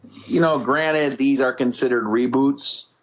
you know granted these are considered reboots